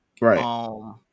right